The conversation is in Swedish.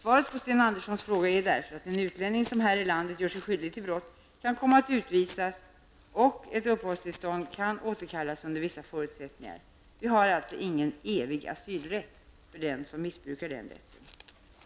Svaret på Sten Anderssons fråga är därför att en utlänning som här i landet gör sig skyldig till brott kan komma att utvisas och att ett uppehållstillstånd kan återkallas under vissa förutsättningar. Vi har alltså ingen evig asylrätt för dem som missbrukar den rätten.